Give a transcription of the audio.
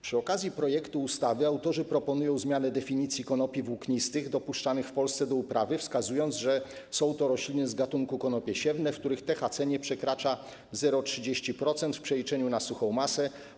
Przy okazji projektu ustawy autorzy proponują zmianę definicji konopi włóknistych dopuszczanych w Polsce do uprawy i wskazują, że są to rośliny z gatunku konopie siewne, w których THC nie przekracza 0,3% w przeliczeniu na suchą masę.